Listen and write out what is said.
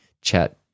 chat